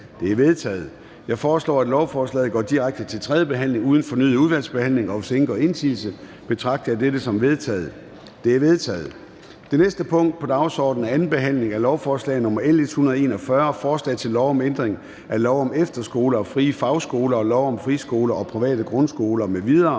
Det er vedtaget. Jeg foreslår, at lovforslaget går direkte til tredje behandling uden fornyet udvalgsbehandling, og hvis ingen gør indsigelse, betragter jeg dette som vedtaget. Det er vedtaget. --- Det næste punkt på dagsordenen er: 8) 2. behandling af lovforslag nr. L 109: Forslag til lov om ændring af lov om velfærdsaftaler på ældreområdet. (Forlængelse